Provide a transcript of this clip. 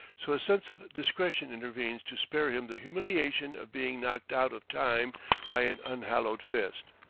so a sense of discretion intervenes to spare him the humiliation of being knocked out of time by an unhallowed fist.